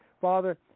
Father